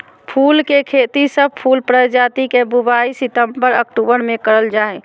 फूल के खेती, सब फूल प्रजाति के बुवाई सितंबर अक्टूबर मे करल जा हई